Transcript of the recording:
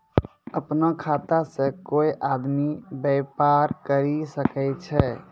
अपनो खाता से कोय आदमी बेपार करि सकै छै